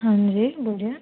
हाँ जी बोलिए